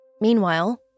Meanwhile